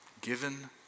given